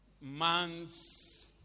months